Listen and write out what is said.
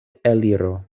eliro